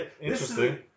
interesting